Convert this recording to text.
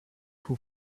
who